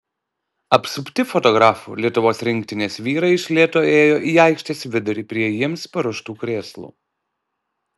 apsupti fotografų lietuvos rinktinės vyrai iš lėto ėjo į aikštės vidurį prie jiems paruoštų krėslų